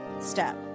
step